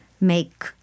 make